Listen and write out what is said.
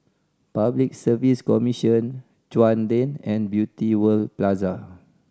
Public Service Commission Chuan Lane and Beauty World Plaza